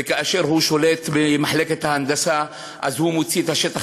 וכאשר הוא שולט במחלקת ההנדסה הוא מוציא את השטח